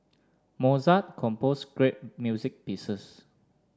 Mozart composed great music pieces